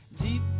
deep